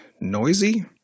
noisy